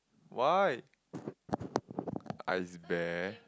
why ice bear